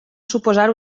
suposar